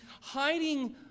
hiding